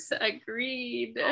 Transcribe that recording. agreed